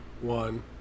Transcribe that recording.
one